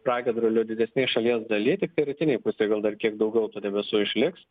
pragiedrulių didesnėj šalies daly tikai rytinėj pusėj gal dar kiek daugiau tų debesų išliks